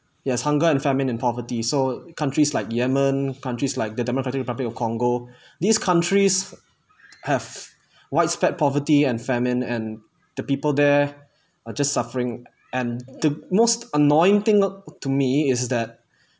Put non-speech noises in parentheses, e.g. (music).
yes hunger and famine and poverty so countries like yemen countries like the democratic republic of congo (breath) these countries have widespread poverty and famine and the people there are just suffering and the most annoying thing to me is that